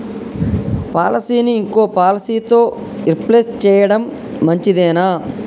పాలసీని ఇంకో పాలసీతో రీప్లేస్ చేయడం మంచిదేనా?